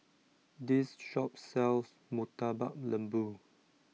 this shop sells Murtabak Lembu